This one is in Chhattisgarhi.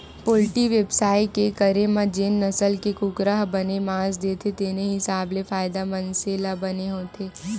पोल्टी बेवसाय के करे म जेन नसल के कुकरा ह बने मांस देथे तेने हिसाब ले फायदा मनसे ल बने होथे